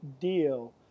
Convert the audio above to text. deal